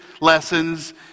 lessons